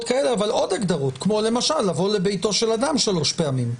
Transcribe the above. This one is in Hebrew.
כאלה אבל עוד הגדרות כמו למשל לבוא לביתו של אדם שלוש פעמים.